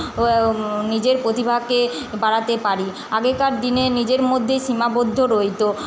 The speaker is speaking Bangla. নিজের প্রতিভাকে বাড়াতে পারি আগেকার দিনে নিজের মধ্যেই সীমাবদ্ধ রইতো